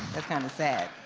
that's kind of sad.